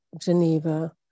Geneva